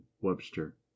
Webster